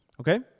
Okay